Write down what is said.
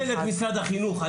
אני רואה שלט של משרד החינוך.